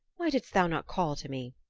why didst thou not call to me?